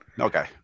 Okay